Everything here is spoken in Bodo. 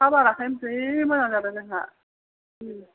अखा बारा खायनो जि मोजां जादों जोंहा